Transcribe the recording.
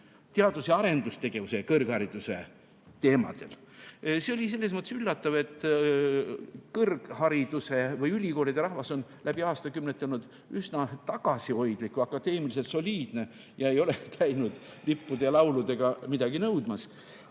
teadus- ja arendustegevuse ja kõrghariduse teemadel. See oli selles mõttes üllatav, et ülikoolide rahvas on läbi aastakümnete olnud üsna tagasihoidlik, akadeemiliselt soliidne ja ei ole käinud lippude ja lauludega midagi nõudmas.